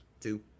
Two